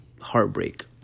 heartbreak